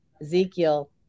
Ezekiel